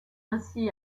ainsi